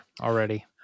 already